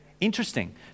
Interesting